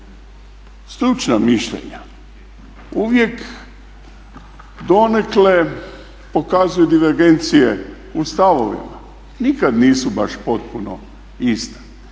stručna mišljenja uvijek donekle pokazuju divergencije u stavovima, nikad nisu baš potpuno ista.